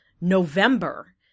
November